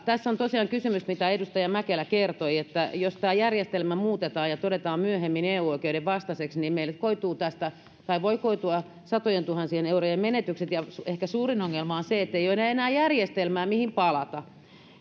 tässä on tosiaan kysymys siitä kuten edustaja mäkelä kertoi että jos tämä järjestelmä muutetaan ja todetaan myöhemmin eu oikeuden vastaiseksi niin meille koituu tästä tai voi koitua satojentuhansien eurojen menetykset ehkä suurin ongelma on se ettei ole enää enää järjestelmää mihin palata